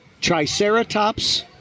Triceratops